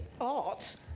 art